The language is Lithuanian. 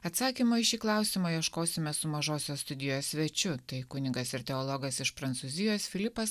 atsakymo į šį klausimą ieškosime su mažosios studijos svečiu tai kunigas ir teologas iš prancūzijos filipas